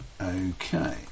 Okay